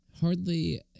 Hardly